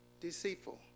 Deceitful